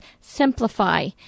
simplify